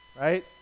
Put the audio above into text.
right